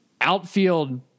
outfield